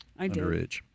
underage